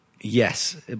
yes